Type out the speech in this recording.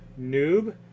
Noob